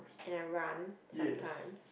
and I run sometimes